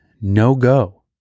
no-go